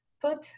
put